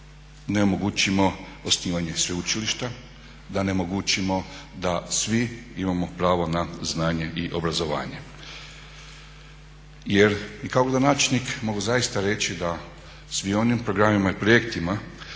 da ne omogućimo osnivanje sveučilišta, da ne omogućimo da svi imamo pravo na znanje i obrazovanje. Jer i kao gradonačelnik mogu zaista reći da svim onim programima i projektima